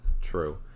True